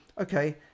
okay